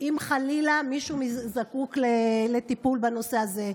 אם חלילה מישהו זקוק לטיפול בנושא הזה.